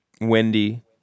Wendy